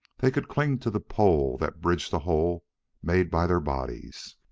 they could cling to the pole that bridged the hole made by their bodies.